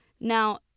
Now